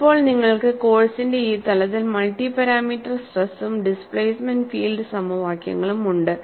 ഇപ്പോൾ നിങ്ങൾക്ക് കോഴ്സിന്റെ ഈ തലത്തിൽ മൾട്ടി പാരാമീറ്റർ സ്ട്രെസും ഡിസ്പ്ലേസ്മെന്റ് ഫീൽഡ് സമവാക്യങ്ങളും ഉണ്ട്